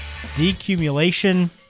decumulation